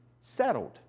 settled